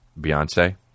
Beyonce